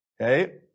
okay